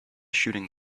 shooting